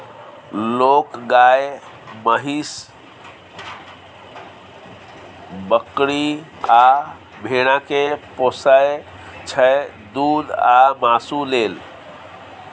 लोक गाए, महीष, बकरी आ भेड़ा केँ पोसय छै दुध आ मासु लेल